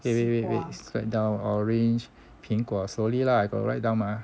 wait wait wait wait write down orange 苹果 slowly lah I got to write down mah